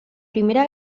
primera